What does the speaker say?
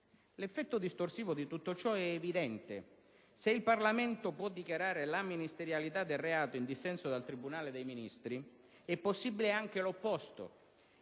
L'effetto distorsivo di tutto ciò è evidente: se il Parlamento può dichiarare la ministerialità del reato in dissenso dal tribunale dei ministri, è possibile anche l'opposto,